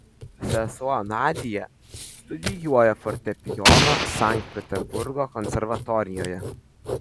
sesuo nadia studijuoja fortepijoną sankt peterburgo konservatorijoje